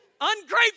Ungrateful